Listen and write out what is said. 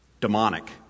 demonic